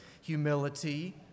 humility